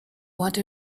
what